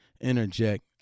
interject